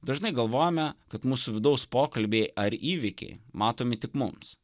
dažnai galvojame kad mūsų vidaus pokalbiai ar įvykiai matomi tik mums